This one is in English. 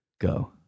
Go